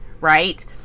right